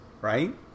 Right